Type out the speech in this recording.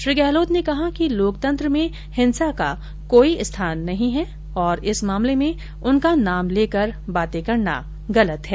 श्री गहलोत ने कहा कि लोकतंत्र में हिंसा का कोई स्थान नहीं हैं और इस मामले में उनका नाम लेकर बाते करना गलत हैं